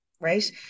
right